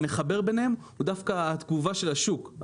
המחבר ביניהם הוא דווקא התגובה של השוק,